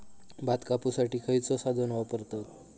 भात कापुसाठी खैयचो साधन वापरतत?